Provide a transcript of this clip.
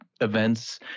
events